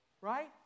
right